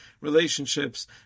relationships